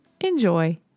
Enjoy